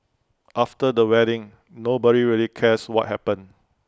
after the wedding nobody really cares what happened